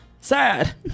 Sad